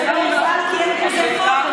זה לא הופעל כי אין כזה חוק.